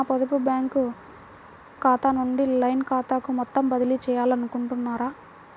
నా పొదుపు బ్యాంకు ఖాతా నుంచి లైన్ ఖాతాకు మొత్తం బదిలీ చేయాలనుకుంటున్నారా?